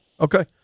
Okay